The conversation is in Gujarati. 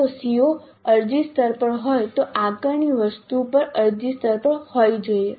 જો CO અરજી સ્તર પર હોય તો આકારણી વસ્તુ પણ અરજી સ્તર પર હોવી જોઈએ